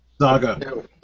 Saga